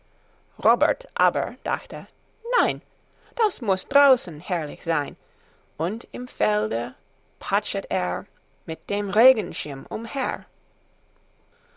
robert aber dachte nein das muß draußen herrlich sein und im felde patschet er mit dem regenschirm umher